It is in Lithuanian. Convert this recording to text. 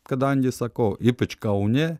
kadangi sakau ypač kaune